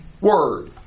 Word